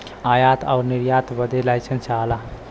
आयात आउर निर्यात बदे लाइसेंस चाहला